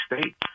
State